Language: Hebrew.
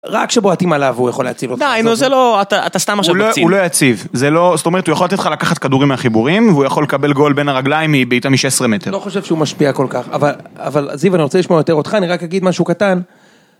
רק כשבועטים עליו הוא יכול להציב אותו, זה לא, אתה סתם עכשיו מוציא. הוא לא יציב, זאת אומרת, הוא יכול לתת לך לקחת כדורים מהחיבורים, והוא יכול לקבל גול בין הרגליים מבעיטה משש עשרה מטר. לא חושב שהוא משפיע כל כך, אבל זיו אני רוצה לשמוע יותר אותך, אני רק אגיד משהו קטן.